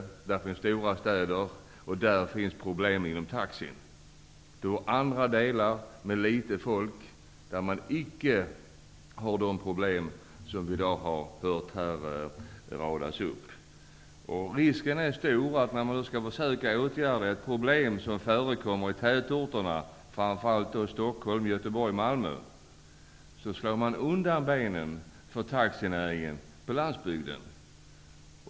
Där finns stora städer, och där finns problemen inom taxinäringen. I andra delar av landet som är glest befolkade har man icke de problem som vi i dag har hört radas upp här. När man skall försöka åtgärda ett problem som förekommer i tätorterna -- framför allt i Stockholm, Göteborg och Malmö -- är risken stor att man slår undan benen för taxinäringen på landsbygden.